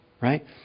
right